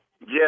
Yes